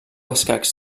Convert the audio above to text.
escacs